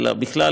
אלא בכלל,